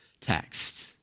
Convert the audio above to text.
text